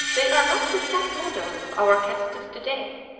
they are not exact models of our cats of to-day,